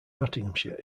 nottinghamshire